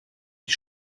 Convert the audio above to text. die